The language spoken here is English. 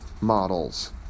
models